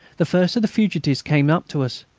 the first of the fugitives came up to us.